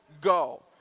go